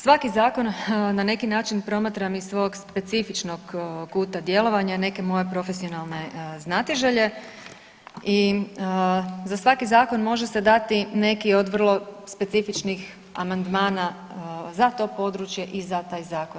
Svaki zakon na neki način promatram iz svog specifičnog kuta djelovanja, neke moje profesionalne znatiželje iza svaki zakon može se dati meki od vrlo specifičnih amandmana za to područje i za taj zakon.